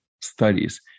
studies